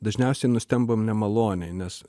dažniausiai nustembam nemaloniai nes